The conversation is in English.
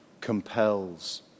compels